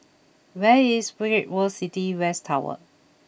where is Great World City West Tower